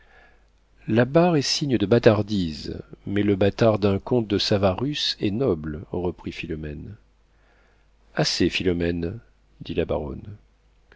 la barre est signe de bâtardise mais le bâtard d'un comte de savarus est noble reprit philomène assez philomène dit la baronne